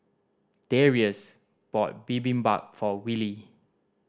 Darius bought Bibimbap for Willie